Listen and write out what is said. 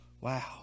Wow